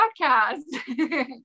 podcast